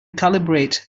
calibrate